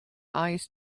eyes